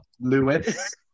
Lewis